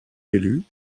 élus